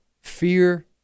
fear